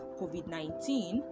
COVID-19